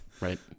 Right